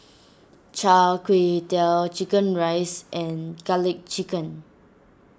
Char Kway Teow Chicken Rice and Garlic Chicken